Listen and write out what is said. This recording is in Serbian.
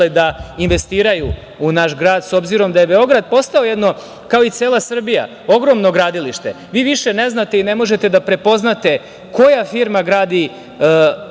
da investiraju u naš grad, s obzirom na to da je Beograd postao jedno, kao i cela Srbija, ogromno gradilište. Vi više ne znate i ne možete da prepoznate koja firma gradi